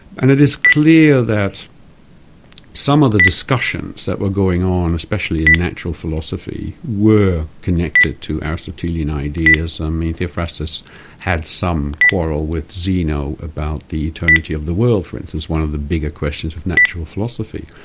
and it is clear that some of the discussions that were going on, especially in natural philosophy, were connected to aristotelian ideas. um theophrastus had some quarrel with zeno about the eternity of the world, for instance, one of the bigger questions of natural philosophy.